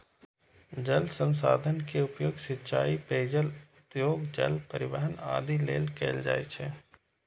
जल संसाधन के उपयोग सिंचाइ, पेयजल, उद्योग, जल परिवहन आदि लेल कैल जाइ छै